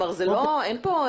זה לא אישי.